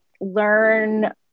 learn